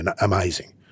amazing